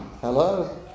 Hello